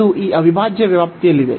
ಅದು ಈ ಅವಿಭಾಜ್ಯ ವ್ಯಾಪ್ತಿಯಲ್ಲಿದೆ